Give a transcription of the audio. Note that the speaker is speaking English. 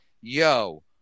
yo